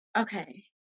Okay